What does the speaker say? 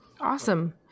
Awesome